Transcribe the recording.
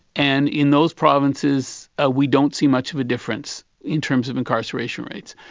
and in those provinces ah we don't see much of a difference in terms of incarceration rates.